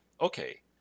Okay